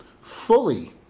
fully